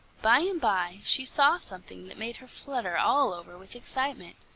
by and by she saw something that made her flutter all over with excitement.